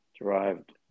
derived